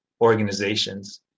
organizations